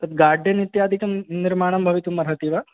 तद् गार्डन् इत्यादिकं निर्माणं भवितुम् अर्हति वा